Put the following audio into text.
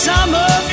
Summer